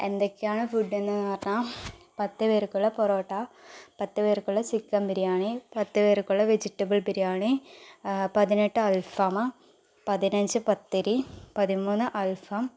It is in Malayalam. എന്തൊക്കെയാണ് ഫുഡ് എന്ന് പറഞ്ഞാൽ പത്ത് പേർക്കുള്ള പൊറോട്ട പത്ത് പേര്ക്കുള്ള ചിക്കൻ ബിരിയാണി പത്ത് പേര്ക്കുള്ള വെജിറ്റബിൾ ബിരിയാണി പതിനെട്ട് അൽഫാമ് പതിനഞ്ച് പത്തിരി പതിമൂന്ന് അൽഫാം